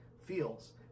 feels